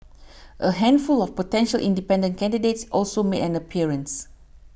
a handful of potential independent candidates also made an appearance